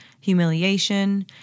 humiliation